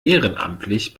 ehrenamtlich